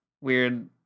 weird